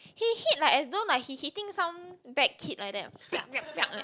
he hit like as though like he hitting some bad kid like that